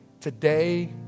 Today